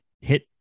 hit